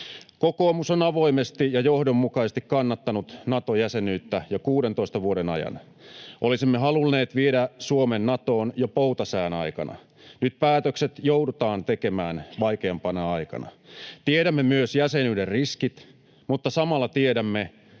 Kokoomus on avoimesti ja johdonmukaisesti kannattanut Nato-jäsenyyttä jo 16 vuoden ajan. Olisimme halunneet viedä Suomen Natoon jo poutasään aikana. Nyt päätökset joudutaan tekemään vaikeampana aikana. Tiedämme myös jäsenyyden riskit, mutta samalla tiedämme,